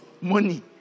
money